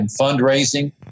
fundraising